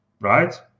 right